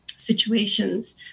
situations